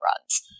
runs